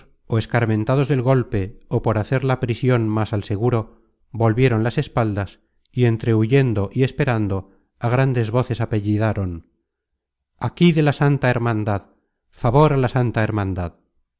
ó escarmentados del golpe ó por hacer la prision más al seguro volvieron las espaldas y entre huyendo y esperando á grandes voces apellidaron aquí de la santa hermandad favor á la santa hermandad